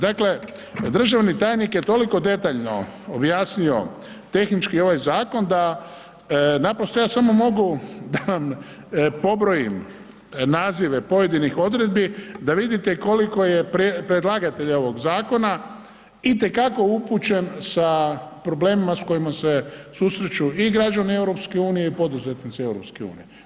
Dakle, državni tajnik je toliko detaljno objasnio tehnički ovaj zakon da naprosto ja samo mogu da vam pobrojim nazive pojedinih odredbi da vidite koliko je predlagatelja ovog zakona itekako upućen sa problemima sa kojima se susreću i građani EU i poduzetnici EU.